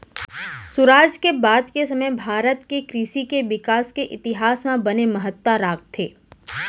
सुराज के बाद के समे भारत के कृसि के बिकास के इतिहास म बने महत्ता राखथे